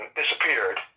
disappeared